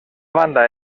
banda